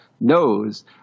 knows